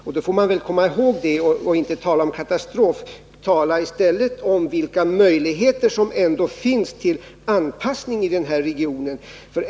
Man måste hålla sådant i minnet, så att man inte börjar tala om en katastrof utan i stället redovisar vilka möjligheter som ändå finns till anpassning inom den region det nu gäller.